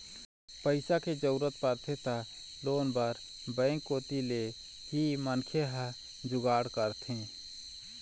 पइसा के जरूरत परथे त लोन बर बेंक कोती ले ही मनखे ह जुगाड़ करथे